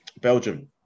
Belgium